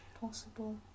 Possible